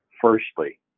Firstly